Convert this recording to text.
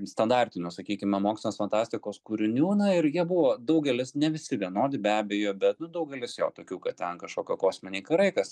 standartinių sakykime mokslinės fantastikos kūrinių ir jie buvo daugelis ne visi vienodi be abejo bet nu daugelis jo tokių kad ten kažkokie kosminiai karai kas